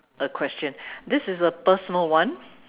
a question this is a personal one